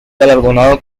galardonado